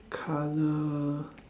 colour